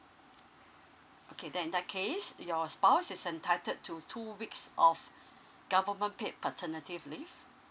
okay then in that case your spouse is entitled to two weeks of government paid paternity leave